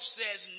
says